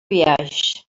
biaix